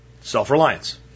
self-reliance